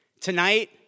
tonight